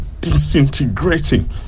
disintegrating